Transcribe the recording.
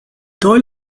dóigh